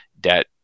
debt